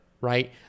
right